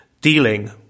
dealing